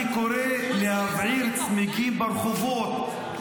אני קורא להבעיר צמיגים ברחובות.